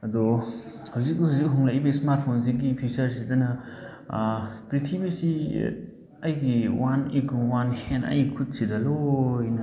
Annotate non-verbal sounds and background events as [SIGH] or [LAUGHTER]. ꯑꯗꯣ ꯍꯧꯖꯤꯛ ꯍꯧꯖꯤꯛ ꯍꯣꯡꯂꯛꯏꯕ ꯏꯁꯃꯥꯔꯠ ꯐꯣꯟ ꯁꯤꯒꯤ ꯐꯤꯆꯔꯁꯤꯗꯅ ꯄ꯭ꯔꯤꯊꯤꯕꯤꯁꯤ ꯑꯩꯒꯤ ꯋꯥꯟ [UNINTELLIGIBLE] ꯋꯥꯟ ꯍꯦꯟ ꯑꯩ ꯈꯨꯠꯁꯤꯗ ꯂꯣꯏꯅ